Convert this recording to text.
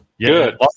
Good